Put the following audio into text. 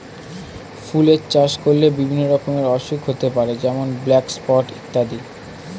ফুলের চাষ করলে বিভিন্ন রকমের অসুখ হতে পারে যেমন ব্ল্যাক স্পট ইত্যাদি